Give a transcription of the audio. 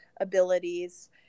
abilities